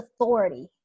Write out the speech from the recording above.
authority